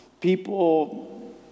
people